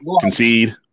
concede